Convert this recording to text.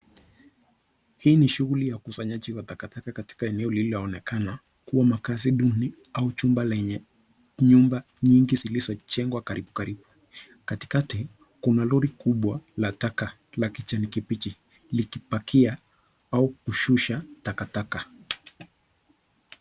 Hii ni shughuli ya ukusanyaji takataka katika eneo lililoonekana kuwa makazi duni au jumba lenye chumb nyingi zilizojengwa karibu karibu. Katikati, kuna lori kubwa la taka la kijani kibichi likipakia au kushusha takataka.